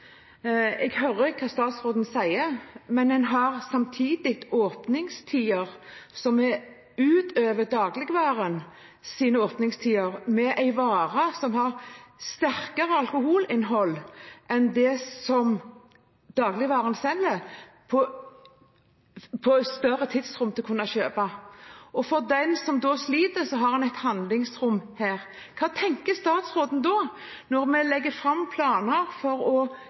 Jeg hører hva statsråden sier, men her har en samtidig åpningstider som er utover dagligvarehandelens åpningstider, med salg av en vare som har sterkere alkoholinnhold enn det som dagligvarehandelen selger og som en i et lengre tidsrom kan kjøpe. For den som sliter, har en et handlingsrom her. Hva tenker statsråden da, når vi legger fram planer for å